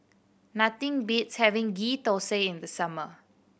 nothing beats having Ghee Thosai in the summer